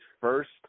first